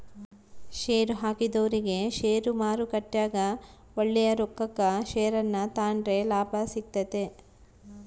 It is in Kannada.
ಷೇರುಹಾಕಿದೊರಿಗೆ ಷೇರುಮಾರುಕಟ್ಟೆಗ ಒಳ್ಳೆಯ ರೊಕ್ಕಕ ಷೇರನ್ನ ತಾಂಡ್ರೆ ಲಾಭ ಸಿಗ್ತತೆ